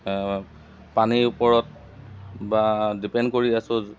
পানীৰ ওপৰত বা ডিপেণ্ড কৰি আছোঁ